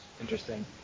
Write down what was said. Interesting